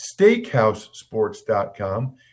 SteakhouseSports.com